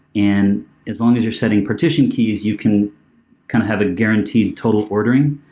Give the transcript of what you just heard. and as long as you're setting partitioned keys, you can kind of have a guaranteed total ordering.